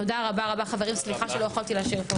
תודה רבה חברים וסליחה שלא יכולתי להאריך עוד.